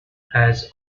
has